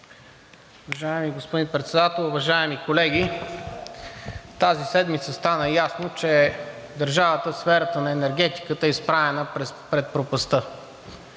Уважаеми господин Председател, уважаеми колеги! Тази седмица стана ясно, че държавата в сферата на енергетиката е изправена пред пропастта.